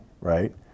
right